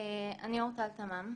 אני אורטל תמם,